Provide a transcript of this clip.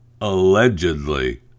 allegedly